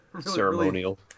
ceremonial